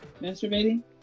Masturbating